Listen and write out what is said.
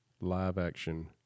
live-action